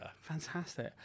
Fantastic